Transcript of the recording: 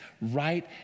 right